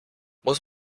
muss